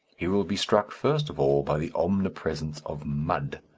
he will be struck first of all by the omnipresence of mud,